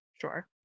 Sure